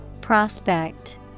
Prospect